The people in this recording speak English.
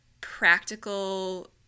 practical